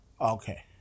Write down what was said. Okay